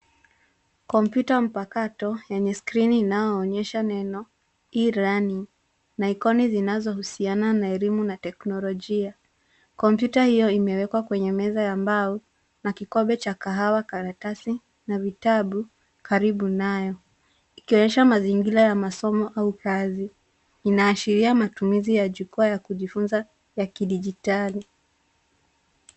Kompyuta mpakato yenye skrini inayoonyesha neno E-learning na ikoni zinazohusika na elimu na teknolojia. Kompyuta hiyo imewekwa kwenye meza ya mbao na kikombe cha kahawa, karatasi na vitabu karibu nayo. Ikionyesha mazingira ya masomo au kazi. Inaashiria matumizi ya jukwaa ya kujifunza ya kidijitali.